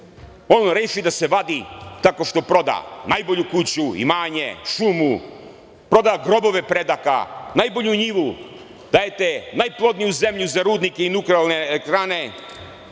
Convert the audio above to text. on reši da se vadi tako što proda najbolju kuću, imanje, šumu, proda grobove predaka, najbolju njivu, dajete najplodniju zemlju za rudnike i nuklearne elektrane.